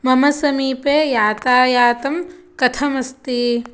मम समीपे यातायातं कथम् अस्ति